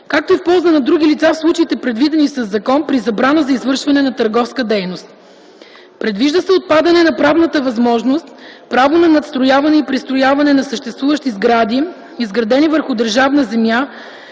както и в полза на други лица в случаите, предвидени със закон, при забрана за извършване на търговска дейност. Предвижда се отпадане на правната възможност право на надстрояване и пристрояване на съществуващи сгради, изградени върху държавна земя,